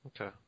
Okay